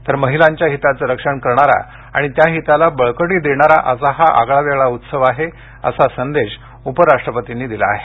तर महिलांच्या हिताचं रक्षण करणारा आणि त्याहिताला बळकटी देणारा असा हा आगळा वेगळा उत्सव आहे असा संदेश उपराष्ट्रपतींनी दिला आहे